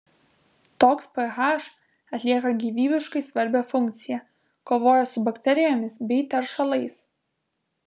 toks ph atlieka gyvybiškai svarbią funkciją kovoja su bakterijomis bei teršalais